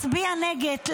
מצביעה נגד.